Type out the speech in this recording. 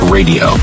Radio